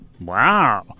Wow